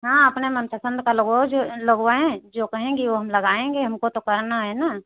हाँ अपना मनपसंद का लगवाओ जो लगवाएं जो कहेंगी वो हम लगाएंगे हमको तो करना है न